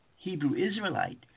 Hebrew-Israelite